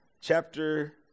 chapter